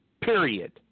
period